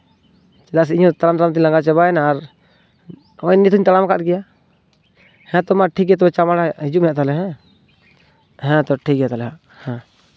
ᱪᱮᱫᱟᱜ ᱥᱮ ᱤᱧᱦᱚᱸ ᱛᱟᱲᱟᱢ ᱛᱟᱲᱟᱢᱛᱤᱧ ᱞᱟᱸᱜᱟ ᱪᱟᱵᱟᱭᱮᱱᱟ ᱟᱨ ᱱᱚᱜᱼᱚᱭ ᱱᱤᱛᱦᱩᱧ ᱛᱟᱲᱟᱢ ᱟᱠᱟᱫ ᱜᱮᱭᱟ ᱦᱮᱸᱛᱚ ᱢᱟ ᱴᱷᱤᱠ ᱜᱮ ᱛᱚᱵᱮ ᱪᱟᱲᱢᱟᱲ ᱦᱤᱡᱩᱜ ᱢᱮ ᱛᱟᱦᱞᱮ ᱦᱮᱸ ᱛᱚ ᱴᱷᱤᱠ ᱜᱮᱭᱟ ᱛᱟᱦᱚᱞᱮ ᱦᱟᱸᱜ